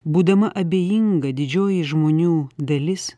būdama abejinga didžioji žmonių dalis